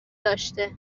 داشته